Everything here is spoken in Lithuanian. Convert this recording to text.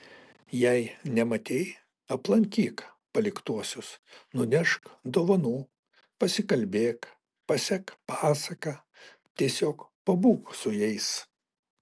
jei nematei aplankyk paliktuosius nunešk dovanų pasikalbėk pasek pasaką tiesiog pabūk su jais